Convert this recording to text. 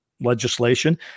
Legislation